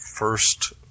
first